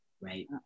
Right